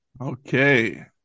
Okay